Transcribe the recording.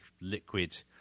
liquid